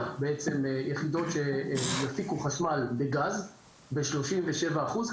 בעצם יחידות שיפיקו חשמל בגז בשלושים ושבע אחוז,